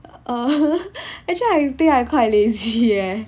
err actually I think I quite lazy leh